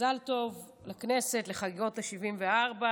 מזל טוב לכנסת לחגיגות ה-74.